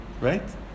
Right